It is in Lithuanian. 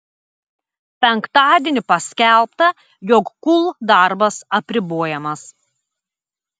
penktadienį paskelbta jog kul darbas apribojamas